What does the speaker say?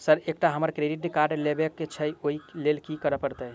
Sir एकटा हमरा credit card लेबकै छैय ओई लैल की करऽ परतै?